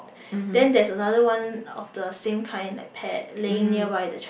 then there is another one of the same kind like pear lying nearby the